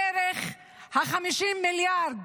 דרך ה-50 מיליארד,